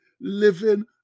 living